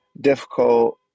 difficult